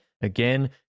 Again